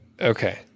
Okay